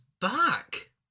back